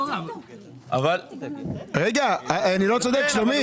אני לא צודק, שלומית?